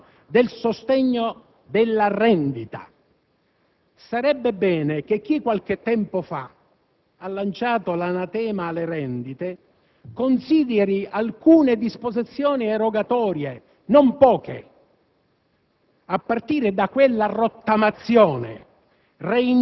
Il beneficio è soltanto nella forma del sostegno della rendita: sarebbe bene che chi, qualche tempo fa, ha lanciato l'anatema contro le rendite, consideri alcune disposizioni erogatorie (e non sono